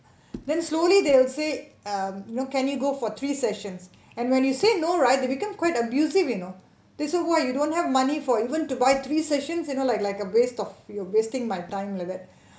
then slowly they'll say um you know can you go for three sessions and when you say no right they become quite abusive you know they so why you don't have money for even to buy three sessions you know like like a waste of you're wasting my time like that